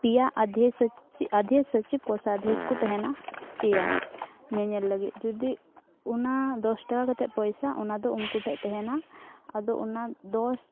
ᱯᱮᱭᱟ ᱚᱫᱽᱫᱷᱚᱪᱷ ᱚᱫᱽᱫᱷᱚᱪᱷ ᱯᱨᱚᱥᱟᱫᱷᱪᱷ ᱠᱚ ᱛᱟᱦᱮᱱᱟ ᱯᱮᱭᱟ ᱧᱮᱧᱮᱞ ᱞᱟᱹᱜᱤᱫ ᱡᱩᱫᱤ ᱚᱱᱟ ᱫᱚᱥ ᱴᱟᱠᱟ ᱠᱟᱛᱮᱫ ᱯᱚᱭᱥᱟ ᱚᱱᱟ ᱫᱚ ᱩᱱᱠᱩ ᱴᱷᱮᱡ ᱛᱟᱦᱮᱱᱟ ᱟᱫᱚ ᱚᱱᱟ ᱫᱚᱥ